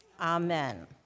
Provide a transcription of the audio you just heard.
Amen